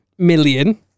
million